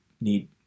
need